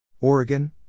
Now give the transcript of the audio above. Oregon